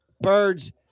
Birds